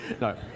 No